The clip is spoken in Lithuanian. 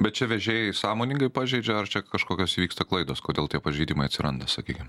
bet čia vežėjai sąmoningai pažeidžia ar čia kažkokios vyksta klaidos kodėl tie pažeidimai atsiranda sakykim